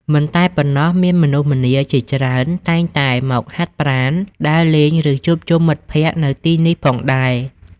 មិនតែប៉ុណ្ណោះ មានមនុស្សម្នាជាច្រើនតែងតែមកហាត់ប្រាណ ដើរលេង ឬជួបជុំមិត្តភក្តិនៅទីនេះផងដែរ។